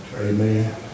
Amen